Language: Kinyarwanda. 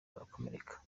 barakomereka